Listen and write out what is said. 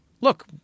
Look